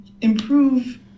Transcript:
improve